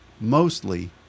mostly